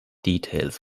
details